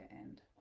end